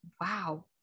Wow